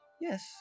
Yes